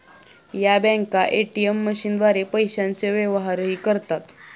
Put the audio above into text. या बँका ए.टी.एम मशीनद्वारे पैशांचे व्यवहारही करतात